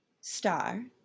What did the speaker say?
Star